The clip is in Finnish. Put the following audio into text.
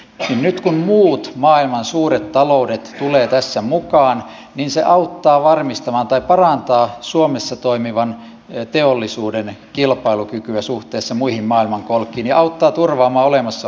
he nyt kun muut maailman suurin talouden tulee vesan mukaan viisi auttaa varmistamaan tai parantaa suomessa toimivan ja teollisuuden kilpailukykyä suhteessa muihin maailmankolkkiin ryhtyy toimiin ruokavaliokorvauksen palauttamiseksi